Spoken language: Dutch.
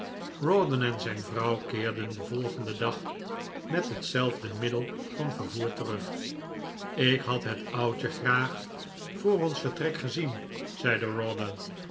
rawdon en zijn vrouw keerden den volgenden dag met hetzelfde middel van vervoer terug ik had het oudje graag voor ons vertrek gezien zeide